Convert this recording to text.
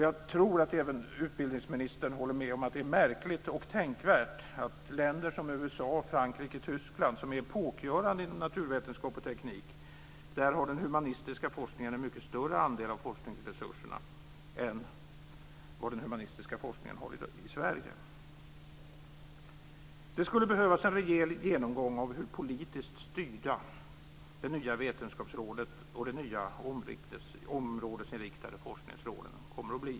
Jag tror att utbildningsministern håller med om att det är märkligt och tänkvärt att i länder som USA, Frankrike och Tyskland, som är epokgörande inom naturvetenskap och teknik, har den humanistiska forskningen en mycket större andel av forskningsresurserna än vad den har i Sverige. Det skulle behövas en rejäl genomgång av hur politiskt styrda det nya vetenskapsrådet och de nya områdesinriktade forskningsråden kommer att bli.